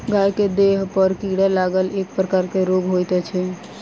गाय के देहपर कीड़ा लागब एक प्रकारक रोग होइत छै